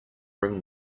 ring